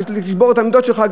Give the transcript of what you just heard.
לשבור את העמדות שלך,